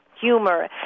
humor